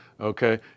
Okay